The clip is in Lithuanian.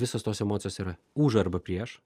visos tos emocijos yra už arba prieš